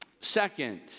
Second